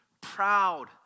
proud